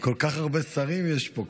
כל כך הרבה שרים יש פה.